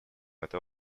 этой